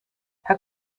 how